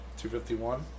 251